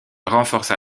renforça